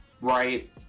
right